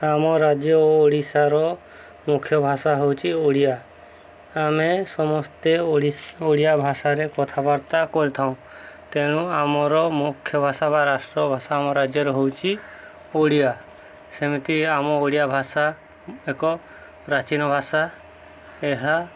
ଆମ ରାଜ୍ୟ ଓ ଓଡ଼ିଶାର ମୁଖ୍ୟ ଭାଷା ହେଉଛି ଓଡ଼ିଆ ଆମେ ସମସ୍ତେ ଓଡ଼ିଆ ଭାଷାରେ କଥାବାର୍ତ୍ତା କରିଥାଉ ତେଣୁ ଆମର ମୁଖ୍ୟ ଭାଷା ବା ରାଷ୍ଟ୍ର ଭାଷା ଆମ ରାଜ୍ୟର ହେଉଛି ଓଡ଼ିଆ ସେମିତି ଆମ ଓଡ଼ିଆ ଭାଷା ଏକ ପ୍ରାଚୀନ ଭାଷା ଏହା